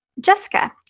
Jessica